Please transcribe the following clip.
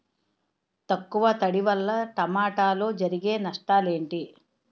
తక్కువ తడి వల్ల టమోటాలో జరిగే నష్టాలేంటి?